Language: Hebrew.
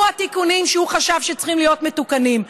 התיקונים שהוא חשב שצריכים להיות מתוקנים.